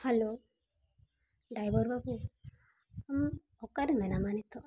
hello driver ᱵᱟᱹᱵᱩ ᱟᱢ ᱚᱠᱟᱨᱮ ᱢᱮᱱᱟᱢᱟ ᱱᱤᱛᱚᱜ